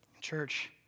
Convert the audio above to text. Church